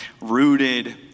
rooted